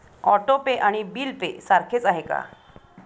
Auto pay आणि bill pay सारखेच आहे का?